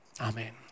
Amen